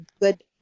good